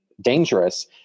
dangerous